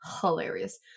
hilarious